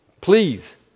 please